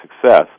success